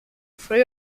free